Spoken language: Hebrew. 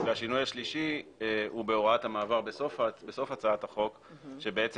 השינוי השלישי הוא בהוראת המעבר בסוף החוק כשבעצם